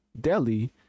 delhi